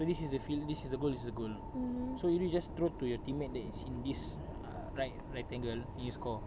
so this is the field this is the goal this is the goal so maybe you just throw to your team mate that's in this uh right rectangle he score